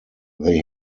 they